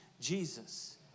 Jesus